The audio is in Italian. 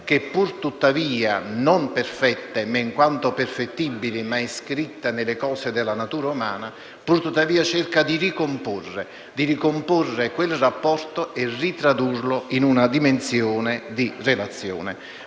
che, anche se non perfette, in quanto perfettibili iscritte nelle cose della natura umana, pur tuttavia cerca di ricomporre quel rapporto e ritradurlo in una dimensione di relazione.